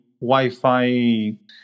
Wi-Fi